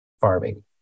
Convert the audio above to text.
farming